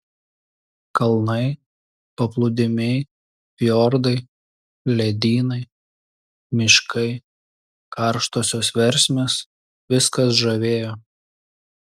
kalnai paplūdimiai fjordai ledynai miškai karštosios versmės viskas žavėjo